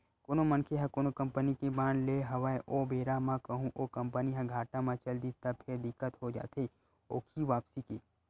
कोनो मनखे ह कोनो कंपनी के बांड लेय हवय ओ बेरा म कहूँ ओ कंपनी ह घाटा म चल दिस त फेर दिक्कत हो जाथे ओखी वापसी के